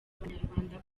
abanyarwanda